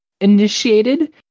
initiated